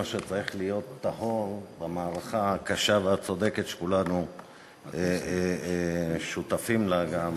שצריך להיות טהור במערכה הקשה והצודקת שכולנו שותפים לה.